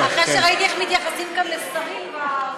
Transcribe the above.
או אחרי שראיתי איך מתייחסים גם לשרים או לשרות באופוזיציה,